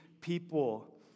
people